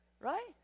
Right